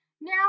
Now